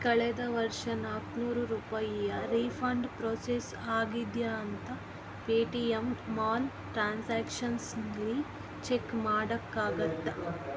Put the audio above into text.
ಕಳೆದ ವರ್ಷ ನಾಲ್ಕುನೂರು ರೂಪಾಯಿಯ ರೀಫಂಡ್ ಪ್ರೋಸೆಸ್ ಆಗಿದೆಯಾ ಅಂತ ಪೇಟಿಎಮ್ ಮಾಲ್ ಟ್ರಾನ್ಸಾಕ್ಷನ್ಸ್ನಲ್ಲಿ ಚೆಕ್ ಮಾಡೋಕ್ಕಾಗತ್ತ